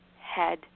head